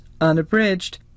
unabridged